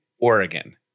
Oregon